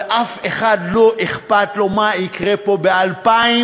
אבל לאף אחד לא אכפת מה יקרה פה ב-2059.